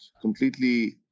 completely